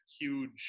huge